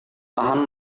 tahan